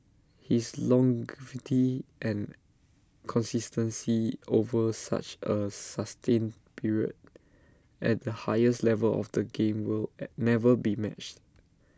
his longevity and consistency over such A sustained period at the highest level of the game will never be matched